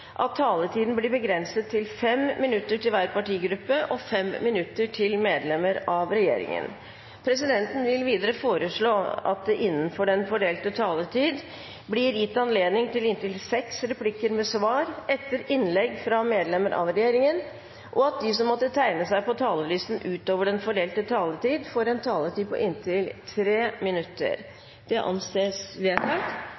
at taletiden blir begrenset til 5 minutter til hver partigruppe og 5 minutter til medlemmer av regjeringen. Videre vil presidenten foreslå at det – innenfor den fordelte taletid – blir gitt anledning til inntil seks replikker med svar etter innlegg fra medlemmer av regjeringen, og at de som måtte tegne seg på talerlisten utover den fordelte taletid, får en taletid på inntil